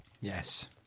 Yes